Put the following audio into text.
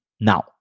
Now